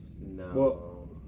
no